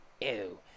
Ew